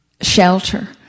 shelter